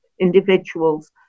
individuals